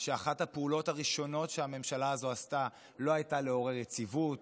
שאחת הפעולות הראשונות שהממשלה הזאת עשתה לא הייתה לעורר יציבות,